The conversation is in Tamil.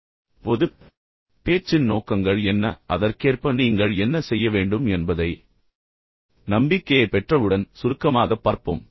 இப்போது நீங்கள் என்ன செய்ய வேண்டும் பொதுப் பேச்சின் நோக்கங்கள் என்ன அதற்கேற்ப நீங்கள் என்ன செய்ய வேண்டும் என்பதை நம்பிக்கையைப் பெற்றவுடன் சுருக்கமாகப் பார்ப்போம்